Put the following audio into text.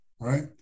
right